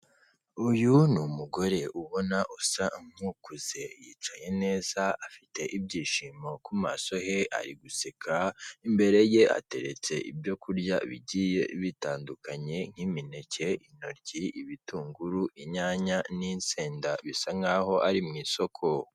Uyu ni umugore ubona usa nk'ukuze, yicaye neza, afite ibyishimo ku maso he, ari guseka, imbere ye ateretse ibyo kurya bigiye bitandukanye nk'imineke, intoryi, ibitunguru, inyanya n'insenda, bisa nk'aho ari mu isoko.